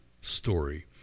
story